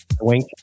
Wink